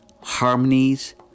harmonies